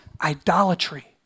idolatry